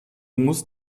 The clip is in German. musst